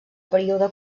període